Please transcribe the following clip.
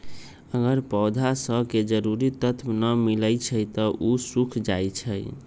अगर पौधा स के जरूरी तत्व न मिलई छई त उ सूख जाई छई